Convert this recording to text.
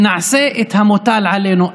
ונעשה את המוטל עלינו.